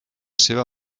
seva